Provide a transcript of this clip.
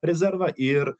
rezervą ir